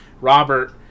Robert